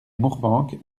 mourvenc